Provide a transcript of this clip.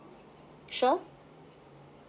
sure